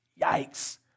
Yikes